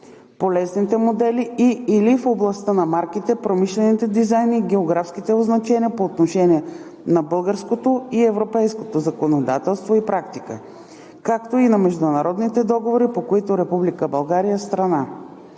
полезните модели и/или в областта на марките, промишлените дизайни и географските означения по отношение на българското и европейското законодателство и практика, както и на международните договори, по които Република